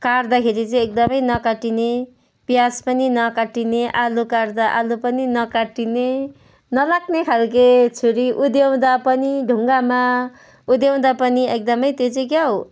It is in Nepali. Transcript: काट्दाखेरि चाहिँ एकदमै नकाटिने प्याज पनि नकाटिने आलु काट्दा आलु पनि नकाटिने नलाग्ने खालको छुरी उद्याउँदा पनि ढुङ्गामा उद्याउँदा पनि एकदमै त्यो चाहिँ क्या